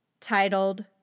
Titled